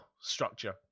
structure